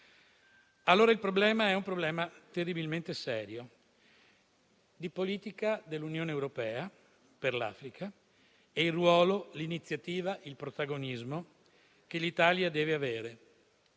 Il problema è terribilmente serio. È un problema di politica dell'Unione europea per l'Africa e comprende il ruolo, l'iniziativa e il protagonismo che l'Italia deve avere.